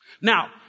Now